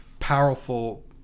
powerful